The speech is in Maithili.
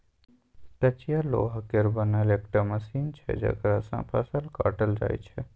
कचिया लोहा केर बनल एकटा मशीन छै जकरा सँ फसल काटल जाइ छै